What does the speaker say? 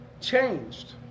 changed